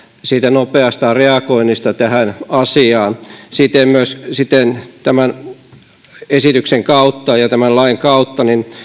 siitä nopeasta reagoinnista tähän asiaan siten tämä esityksen kautta ja tämän lain kautta